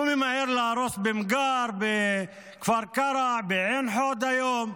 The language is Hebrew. הוא ממהר להרוס במע'אר, בכפר קרע, בעין חוד היום,